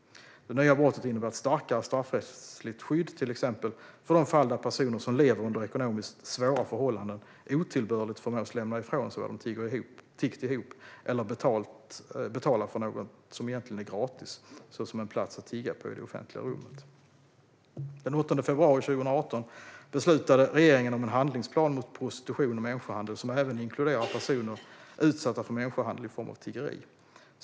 Det nya brottet innebär ett starkare straffrättsligt skydd till exempel för de fall där personer som lever under ekonomiskt svåra förhållanden otillbörligt förmås lämna ifrån sig vad de tiggt ihop eller betala för något som egentligen är gratis, såsom en plats att tigga på i det offentliga rummet. Den 8 februari 2018 beslutade regeringen om en handlingsplan mot prostitution och människohandel, som även inkluderar personer utsatta för människohandel i form av tiggeri.